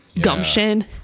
gumption